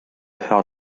head